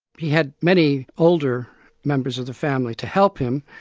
he had many older members of the family to help him,